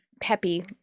peppy